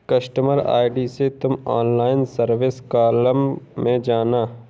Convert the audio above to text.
customer ID से तुम online service column में जाना